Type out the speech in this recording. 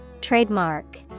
Trademark